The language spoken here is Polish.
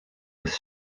bez